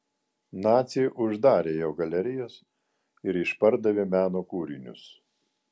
naciai uždarė jo galerijas ir išpardavė meno kūrinius